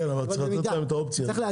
אבל במידה.